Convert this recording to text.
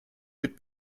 mit